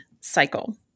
cycle